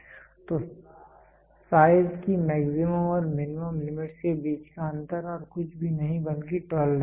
तो साइज की मैक्सिमम और मिनिमम लिमिटस् के बीच का अंतर और कुछ नहीं बल्कि टोलरेंस है